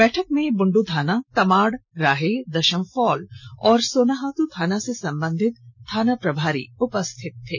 बैठक में बुंडू थाना तमाड़ राहे दशम फॉल और सोनाहातू थाना से संबंधित थानाप्रभारी उपस्थित थे